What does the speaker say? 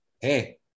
hey